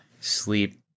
Sleep